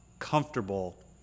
comfortable